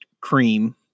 cream